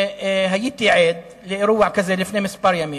הייתי עד לאירוע כזה לפני כמה ימים.